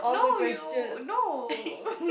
no you no